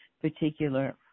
particular